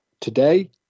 today